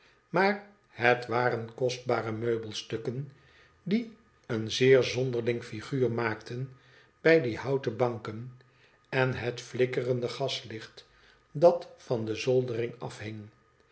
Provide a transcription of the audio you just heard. maar het waren kostbare meubelstukken die een zeer zonderling figuur maakten bij die houten banken en het flikkerende gaslicht dat van de zoldering afhing